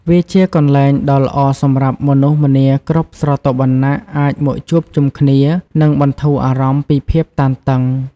វាជាកន្លែងដ៏ល្អសម្រាប់មនុស្សម្នាគ្រប់ស្រទាប់វណ្ណៈអាចមកជួបជុំគ្នា និងបន្ធូរអារម្មណ៍ពីភាពតានតឹង។